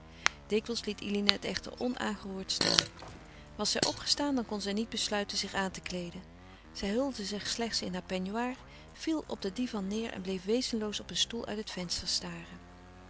dikwijls liet eline het echter onaangeroerd staan was zij opgestaan dan kon zij niet besluiten zich aan te kleeden zij hulde zich slechts in haren peignoir viel op den divan neêr of bleef wezenloos op een stoel uit het venster staren